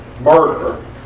murder